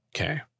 okay